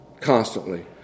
constantly